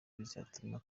bizatuma